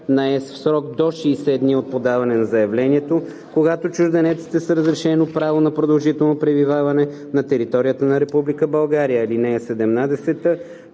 на ЕС“ в срок до 60 дни от подаване на заявлението, когато чужденецът е с разрешено право на продължително пребиваване на територията на Република